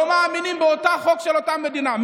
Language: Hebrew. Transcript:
אני לא יודע לכמה זמן אתה מתכנן את זה,